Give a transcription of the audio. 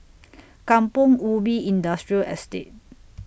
Kampong Ubi Industrial Estate